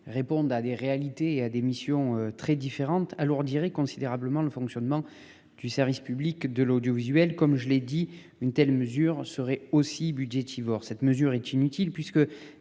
répondent à des réalités et à des missions très différentes alourdirait considérablement le fonctionnement du service public de l'audiovisuel, comme je l'ai dit, une telle mesure serait aussi budgétivore. Cette mesure est inutile puisque